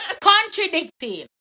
Contradicting